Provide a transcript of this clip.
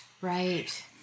right